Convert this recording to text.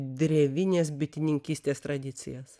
drevinės bitininkystės tradicijas